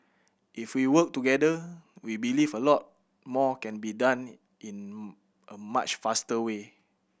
if we work together we believe a lot more can be done in a much faster way